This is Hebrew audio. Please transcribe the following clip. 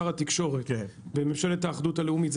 שר התקשורת בממשלת האחדות הלאומית,